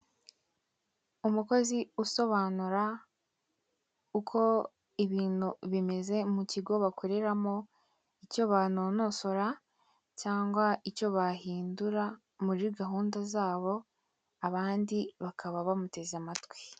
Umukozi usobanura uko ibintu bimeze mu kigo bakoreramo, icyo banononsora cyangwa icyo bahindura muri gahunda zabo abandi bakaba bamuteze amatwi.